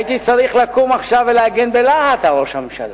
הייתי צריך לקום עכשיו ולהגן בלהט על ראש הממשלה.